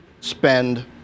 spend